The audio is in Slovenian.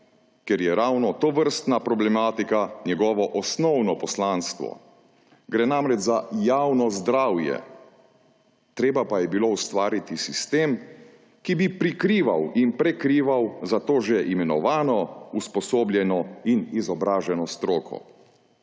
ker je ravno tovrstna problematika njegovo osnovno poslanstvo. Gre namreč za javno zdravje. Treba pa je bilo ustvariti sistem, ki bi prikrival in prekrival za to že imenovano usposobljeno in izobraženo stroko.